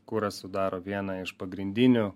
kuras sudaro vieną iš pagrindinių